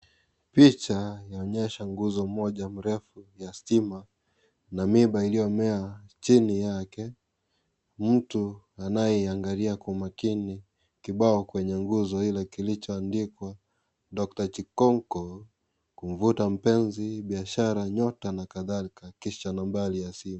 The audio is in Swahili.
Picha inaonyesha nguzo Moja mrefu ya stima na miiba iliyomea chini yake, mtu anayeiangalia kwa makini, kibao kwenye nguzo Ile kilichoandikwa doctor chikonkwo kumvuta mpenzi, biashara, nyota na kadhalika, kisha nambari ya simu.